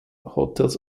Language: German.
hotels